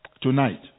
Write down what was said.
Tonight